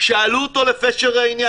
שאלו אותו לפשר העניין,